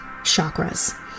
chakras